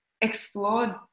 Explored